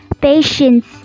Patience